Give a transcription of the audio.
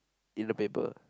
in the paper